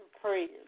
prayers